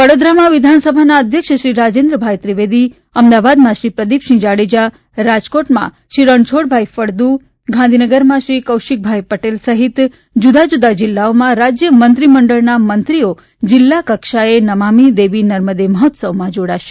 વડોદરામાં વિધાનસભાના અધ્યક્ષ શ્રી રાજેન્દ્રભાઈ ત્રિવેદી અમદાવાદમાં શ્રી પ્રદીપસિંહ જાડેજા રાજકોટમાં શ્રીરણછોડભાઈ ફળદુ ગાંધીનગરમાં શ્રી કૌશિકભાઈ પટેલ સહિત જુદા જિલ્લાઓમાં રાજ્યમંત્રી મંડળના મંત્રીઓ જિલ્લા કક્ષાએ નમામિ દેવી નર્મદે મહોત્સવમાં જાડાશે